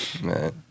man